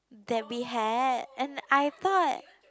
that we had and I thought